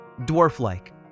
Dwarf-like